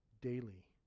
daily